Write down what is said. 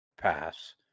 pass